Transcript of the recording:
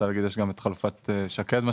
יש גם את חלופת שקד.